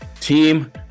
team